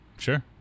Sure